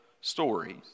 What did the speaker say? stories